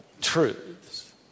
truths